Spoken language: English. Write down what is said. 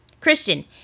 Christian